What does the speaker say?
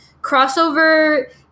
crossover